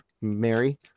Mary